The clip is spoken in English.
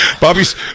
Bobby's